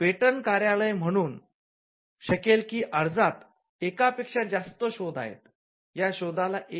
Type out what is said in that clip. patent कार्यालय म्हणू शकेल की अर्जात एकापेक्षा जास्त शोध आहेत